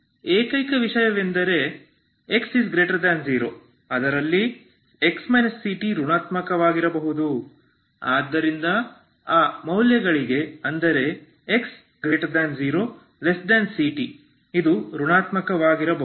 ಏಕೈಕ ವಿಷಯವೆಂದರೆ x0 ಆದಲ್ಲಿ x ct ಋಣಾತ್ಮಕವಾಗಿರಬಹುದು ಆದ್ದರಿಂದ ಆ ಮೌಲ್ಯಗಳಿಗೆ ಅಂದರೆ 0xct ಇದು ಋಣಾತ್ಮಕವಾಗಿರಬಹುದು